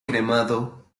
cremado